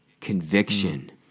conviction